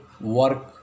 work